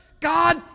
God